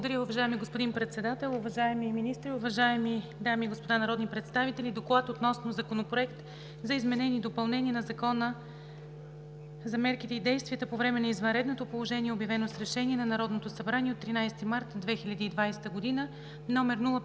Благодаря, уважаеми господин Председател. Уважаеми министри, уважаеми дами и господа народни представители! „Доклад относно Законопроект за изменение и допълнение на Закона за мерките и действията по време на извънредното положение, обявено с Решение на Народното събрание от 13 март 2020 г., №